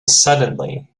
suddenly